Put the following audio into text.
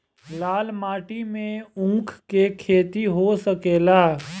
लाल माटी मे ऊँख के खेती हो सकेला?